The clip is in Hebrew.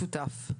צוות משותף.